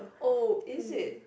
oh is it